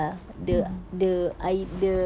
mm